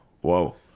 whoa